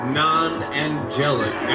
non-angelic